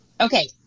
Okay